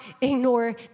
ignore